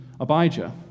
Abijah